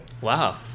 wow